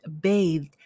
bathed